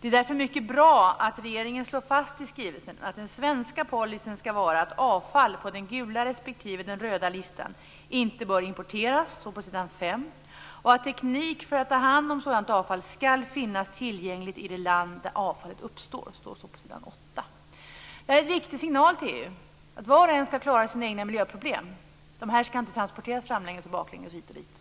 Därför är det mycket bra att regeringen i skrivelsen slår fast att den svenska policyn skall vara att avfall på den gula respektive den röda listan inte bör importeras - det står på s. 5 - och att teknik för att ta hand om sådant avfall skall finnas tillgänglig i det land där avfallet uppstår. Det står på s. 8. Det är en viktig signal till EU att var och en skall klara sina egna miljöproblem. Det här skall inte transporteras framlänges och baklänges och hit och dit.